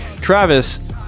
Travis